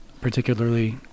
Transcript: particularly